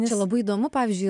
čia labai įdomu pavyzdžiui